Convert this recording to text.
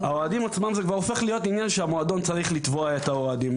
זה כבר הופך להיות עניין שהמועדון צריך לתבוע את האוהדים.